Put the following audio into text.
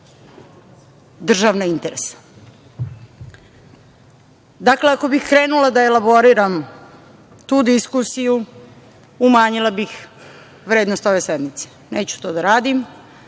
državna interesa. Dakle, ako bih krenula da elaboriram tu diskusiju umanjila bih vrednost ove sednice. Neću to da radim.